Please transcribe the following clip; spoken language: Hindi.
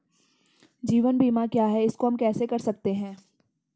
जीवन बीमा क्या है इसको हम कैसे कर सकते हैं?